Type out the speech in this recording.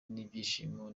n’ibyishimo